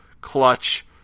Clutch